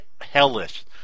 hellish